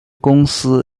公司